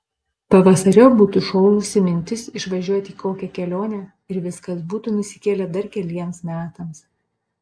pavasariop būtų šovusi mintis išvažiuoti į kokią kelionę ir viskas būtų nusikėlę dar keliems metams